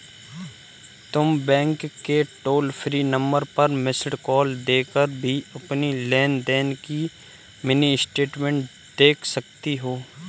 तुम बैंक के toll free number पर मिस्ड कॉल देकर भी अपनी लेन देन की मिनी स्टेटमेंट देख सकती हो